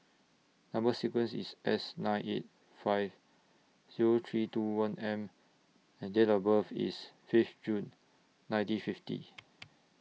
Number sequence IS S nine eight five Zero three two one M and Date of birth IS Fifth June nineteen fifty